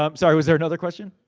um sorry, was there another question?